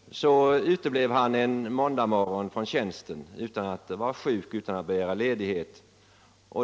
— uteblev han en måndagmorgon från tjänsten utan att vara sjuk, utan att ha begärt ledighet.